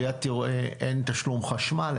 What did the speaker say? אין תשלום חשמל,